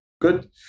good